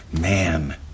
man